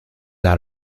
out